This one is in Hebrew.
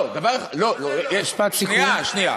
לא, לא, שנייה.